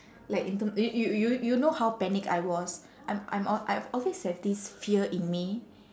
like in term y~ y~ you you know how panic I was I'm I'm al~ I've always have this fear in me